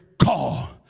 call